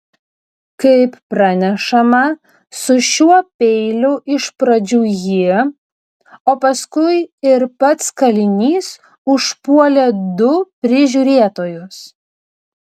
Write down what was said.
kaip pranešama su šiuo peiliu iš pradžių ji o paskui ir pats kalinys užpuolė du prižiūrėtojus